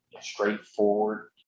straightforward